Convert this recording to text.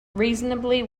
reasonably